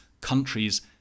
countries